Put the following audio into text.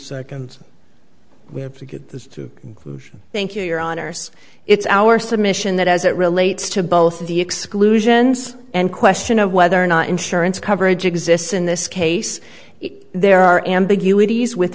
seconds we have to get this to thank you your honour's it's our submission that as it relates to both the exclusions and question of whether or not insurance coverage exists in this case there are ambiguities with